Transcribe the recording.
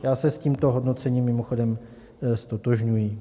Já se s tímto hodnocením mimochodem ztotožňuji.